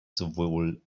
sowohl